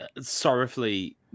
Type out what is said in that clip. sorrowfully